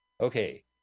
okay